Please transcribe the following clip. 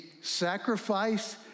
sacrifice